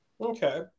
Okay